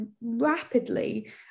rapidly